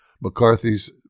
McCarthy's